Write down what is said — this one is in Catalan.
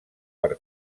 per